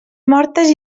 mortes